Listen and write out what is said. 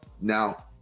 Now